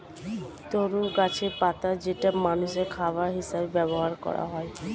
তরু গাছের পাতা যেটা মানুষের খাবার হিসেবে ব্যবহার করা হয়